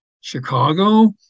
Chicago